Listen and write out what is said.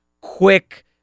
Quick